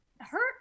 hurt